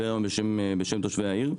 בשם תושבי העיר.